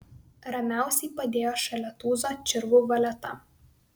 ramiausiai padėjo šalia tūzo čirvų valetą